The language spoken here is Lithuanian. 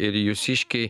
ir jūsiškiai